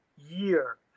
year